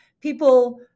people